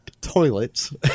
toilets